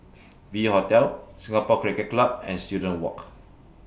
V Hotel Singapore Cricket Club and Student Walk